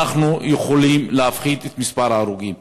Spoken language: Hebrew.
ואנחנו יכולים להפחית את מספר ההרוגים.